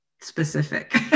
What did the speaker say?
specific